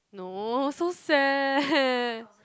no so sad